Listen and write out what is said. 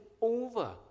over